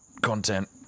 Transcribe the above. content